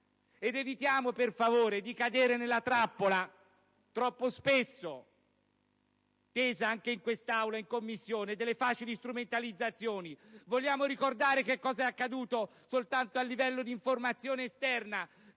Evitiamo, per favore, di cadere nella trappola troppo spesso tesa - anche in quest'Aula e in Commissione - delle facili strumentalizzazioni. Vogliamo ricordare cosa è accaduto soltanto a livello di informazione esterna